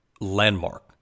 landmark